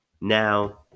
Now